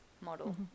model